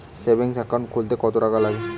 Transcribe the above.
Savings account খুলতে কতটাকা লাগবে?